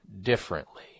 differently